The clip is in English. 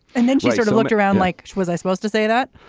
and then sort of looked around like, was i supposed to say that?